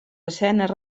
escenes